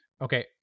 Okay